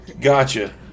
Gotcha